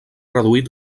reduït